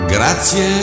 Grazie